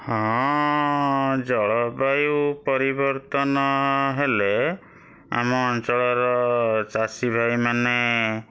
ହଁ ଜଳବାୟୁ ପରିବର୍ତ୍ତନ ହେଲେ ଆମ ଅଞ୍ଚଳର ଚାଷୀ ଭାଇମାନେ